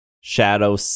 shadow